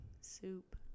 Soup